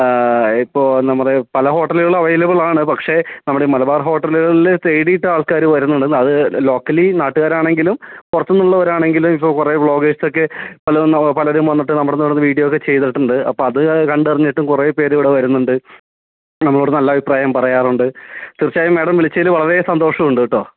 ആ ഇപ്പോൾ നമ്മൾ പല ഹോട്ടലുകളും അവൈലബിളാണ് പക്ഷേ നമ്മുടെ ഈ മലബാർ ഹോട്ടലുകളിൽ തേടിയിട്ട് ആൾക്കാർ വരുന്നുണ്ട് അത് ലോക്കലി നാട്ടുകാർ ആണങ്കിലും പുറത്തു നിന്നുള്ളവരാണെങ്കിലും ഇപ്പോ കുറേ വ്ളോഗേർസൊക്കെ പലതും പലരും വന്നിട്ട് നമ്മുടെ അവിടുന്ന് വീഡിയോസൊക്കെ ചെയ്തിട്ടുണ്ട് അപ്പോൾ അത് കണ്ടറിഞ്ഞിട്ടും കുറേ പേർ ഇവിടെ വരുന്നുണ്ട് നമ്മളോട് നല്ല അഭിപ്രായം പറയാറുണ്ട് തീർച്ചയായും മാഡം വിളിച്ചത്തിൽ വളരെ സന്തോഷം ഉണ്ട് കേട്ടോ